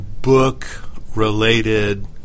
book-related